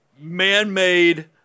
man-made